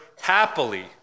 happily